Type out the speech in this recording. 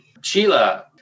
Sheila